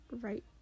right